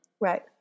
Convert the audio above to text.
Right